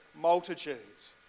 multitudes